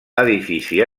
edifici